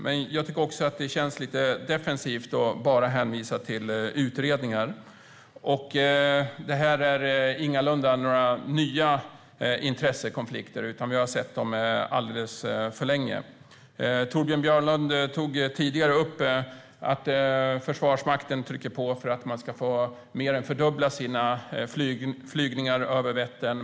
Men jag tycker också att det är defensivt att bara hänvisa till utredningar. Detta är ingalunda några nya intressekonflikter, utan vi har sett dem alldeles för länge. Torbjörn Björlund tog tidigare upp att Försvarsmakten trycker på för att man vill mer än fördubbla sina flygningar över Vättern.